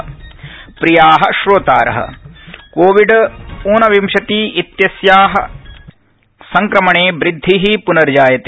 Covid सन्देश प्रिया श्रोतार कोविड ऊनविंशतिइत्यस्या संक्रमणे वृदधि पूनर्जायते